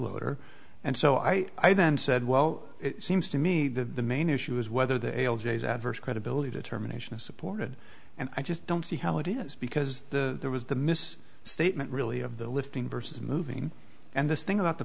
lowder and so i then said well it seems to me that the main issue is whether the old days adverse credibility determination is supported and i just don't see how it is because the there was the mis statement really of the lifting versus moving and this thing about the